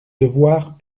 devoirs